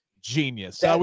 genius